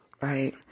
right